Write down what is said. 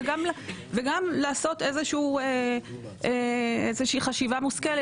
וגם לעשות איזושהי חשיבה מושכלת,